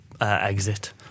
exit